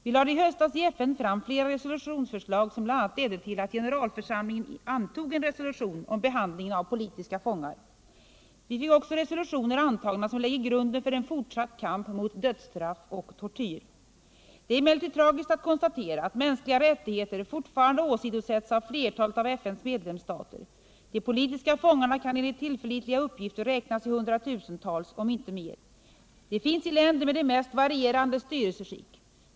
Vi lade i höstas i FN fram flera resolutionsförslag förhållandena i Iran Om initiativ av regeringen mot förhållandena i Iran som bl.a. ledde till att generalförsamlingen antog en resolution om behandlingen av politiska fångar. Vi fick också resolutioner antagna som lägger grunden för en fortsatt kamp mot dödsstraff och tortyr. Det är emellertid tragiskt att konstatera att mänskliga rättigheter fortfarande åsidosätts av flertalet av FN:s medlemsstater. De politiska fångarna kan enligt tillförlitliga uppgifter räknas i hundratusental. om inte mer. De finns i länder med de mest varierande styrelseskick.